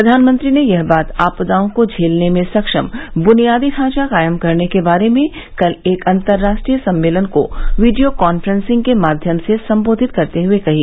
प्रधानमंत्री ने यह बात आपदाओं को झेलने में सक्षम ब्नियादी ढांचा कायम करने के बारे में कल एक अंतरराष्ट्रीय सम्मेलन को वीडियो कॉन्फ्रेन्सिंग के माध्यम से संबोधित करते हए कही